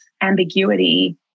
ambiguity